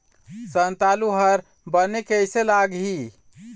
संतालु हर बने कैसे लागिही?